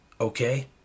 Okay